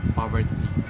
poverty